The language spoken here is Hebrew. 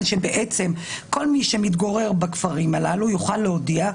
שכל מי שמתגורר בכפרים הללו יוכל להודיע.